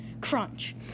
crunch